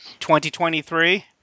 2023